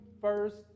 first